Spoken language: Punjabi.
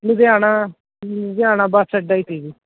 ਲੁਧਿਆਣਾ ਲੁਧਿਆਣਾ ਬੱਸ ਅੱਡਾ ਹੀ ਸੀ ਜੀ